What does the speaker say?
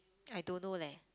I don't know leh